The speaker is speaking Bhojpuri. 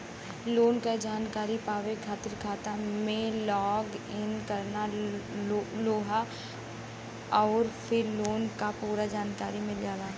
लोन क जानकारी पावे खातिर खाता में लॉग इन करना होला आउर फिर लोन क पूरा जानकारी मिल जाला